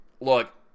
look